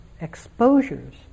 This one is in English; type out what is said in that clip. exposures